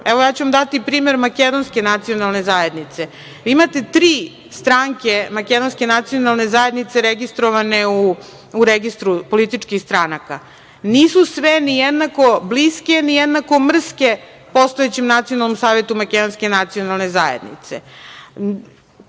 Daću vam primer makedonske nacionalne zajednice. Imate tri stranke makedonske nacionalne zajednice registrovane u Registru političkih stranaka. Nisu sve ni jednako bliske, ni jednako mrske postojećem Nacionalnom savetu makedonske nacionalne zajednice.